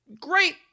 great